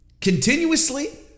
Continuously